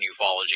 ufology